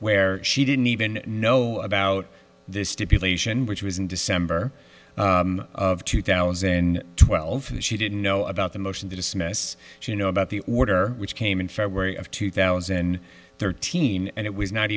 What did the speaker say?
where she didn't even know about this stipulation which was in december of two thousand and twelve that she didn't know about the motion to dismiss you know about the order which came in february of two thousand and thirteen and it was not